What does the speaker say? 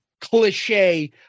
cliche